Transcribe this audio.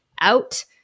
out